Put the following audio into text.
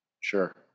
Sure